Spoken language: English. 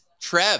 Trev